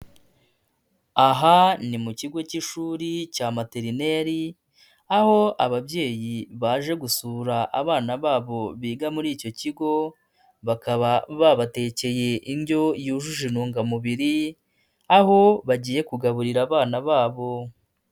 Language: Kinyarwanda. Aha ni mu kigo cy'ishuri cya materineri aho ababyeyi baje gusura abana babo biga muri icyo kigo bakaba babatekeye indyo yujuje intungamubiri aho bagiye kugaburira abana babo.